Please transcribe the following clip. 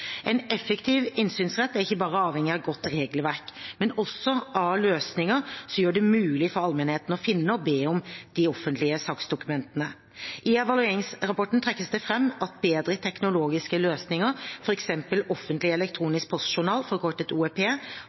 En effektiv innsynsrett er ikke bare avhengig av et godt regelverk, men også av løsninger som gjør det mulig for allmennheten å finne og å be om de offentlige saksdokumentene. I evalueringsrapporten trekkes det fram at bedre teknologiske løsninger, f.eks. Offentlig elektronisk postjournal, forkortet